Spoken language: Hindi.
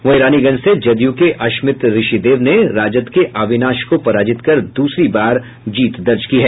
वहीं रानीगंज से जदयू के अश्मित ऋषिदेव ने राजद के अविनाश को पराजित कर द्रसरी बार जीत दर्ज की है